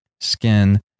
skin